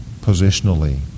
positionally